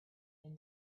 been